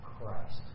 Christ